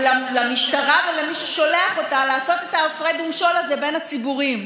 למשטרה ולמי ששולח אותה לעשות את ההפרד ומשול הזה בין הציבורים.